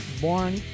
Born